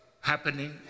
happening